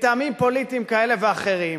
מטעמים פוליטיים כאלה ואחרים,